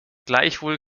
gleichwohl